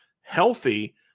healthy